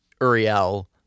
Uriel